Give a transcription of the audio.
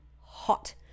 hot